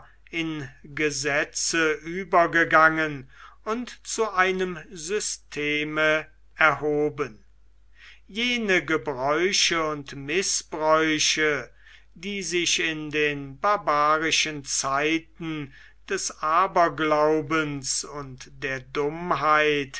in gesetze übergegangen und zu einem systeme erhoben jene gebräuche und mißbräuche die sich in den barbarischen zeiten des aberglaubens und der dummheit